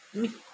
मी